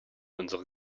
unsere